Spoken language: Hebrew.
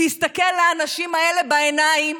להסתכל לאנשים האלה בעיניים